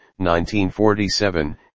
1947